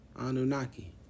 Anunnaki